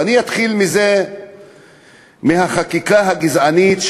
ואני אתחיל מהחקיקה הגזענית,